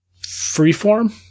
freeform